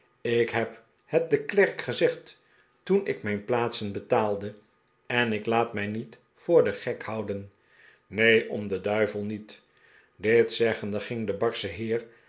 ik heb het den klerk gezegd toen ik mijn plaatsen betaalde en ik laat mij niet voor den gek houden neen om den duivel niet dit zeggende ging de barsche heer